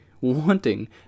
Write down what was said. wanting